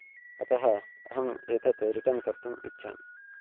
अतः अहम् एतत् रिटर्न् कर्तुम् इच्छामि